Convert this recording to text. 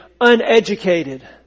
uneducated